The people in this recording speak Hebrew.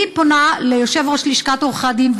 אני פונה ליושב-ראש לשכת עורכי הדין,